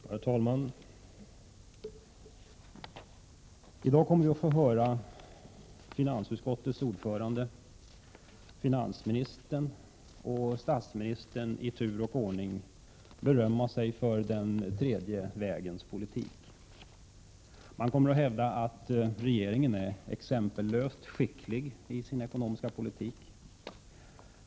Herr talman! I dag kommer vi att få höra finansutskottets ordförande, finansministern och statsministern i tur och ordning berömma sig av den tredje vägens politik. Man kommer att hävda att regeringen är exempellöst skicklig i sin ekonomiska politik.